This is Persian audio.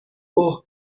اوه